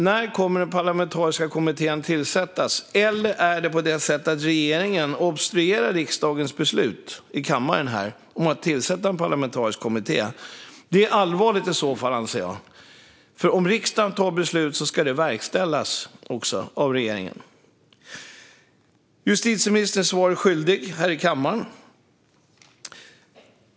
När kommer den parlamentariska kommittén att tillsättas? Eller är det på det sättet att regeringen obstruerar mot riksdagens beslut i kammaren om att tillsätta en parlamentarisk kommitté? Det är i så fall allvarligt, anser jag, för om riksdagen tar ett beslut ska det också verkställas av regeringen. Justitieministern är svaret skyldig här i kammaren.